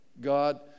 God